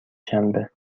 شنبه